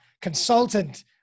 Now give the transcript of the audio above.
consultant